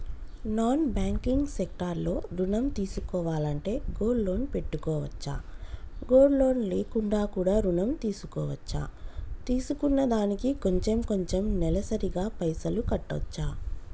Non banking sector లో ఋణం తీసుకోవాలంటే గోల్డ్ లోన్ పెట్టుకోవచ్చా? గోల్డ్ లోన్ లేకుండా కూడా ఋణం తీసుకోవచ్చా? తీసుకున్న దానికి కొంచెం కొంచెం నెలసరి గా పైసలు కట్టొచ్చా?